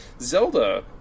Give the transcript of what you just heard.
Zelda